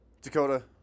Dakota